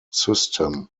system